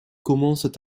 commencent